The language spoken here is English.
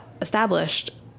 established